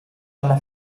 alla